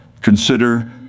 Consider